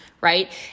right